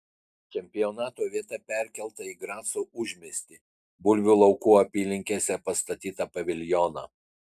čempionato vieta perkelta į graco užmiestį bulvių laukų apylinkėse pastatytą paviljoną